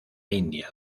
india